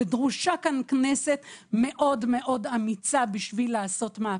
דרושה פה כנסת מאוד-מאוד אמיצה כדי לעשות את המהפכה.